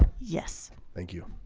yes. thank you